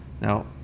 Now